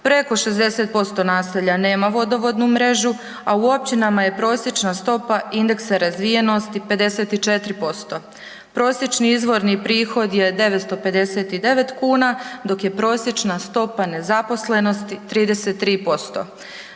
Preko 60% naselja nema vodovodnu mrežu a u općinama je prosječna stopa indeksa razvijenosti 54%. Prosječni izvorni prihod je 959 kn dok je prosječna stopa nezaposlenosti 33%.